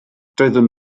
doeddwn